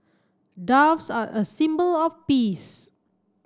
doves are a symbol of peace